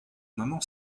maman